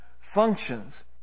functions